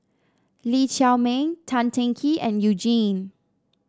Lee Chiaw Meng Tan Teng Kee and You Jin